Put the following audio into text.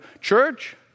church